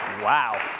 wow.